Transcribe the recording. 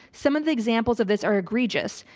some of the examples of this are egregious.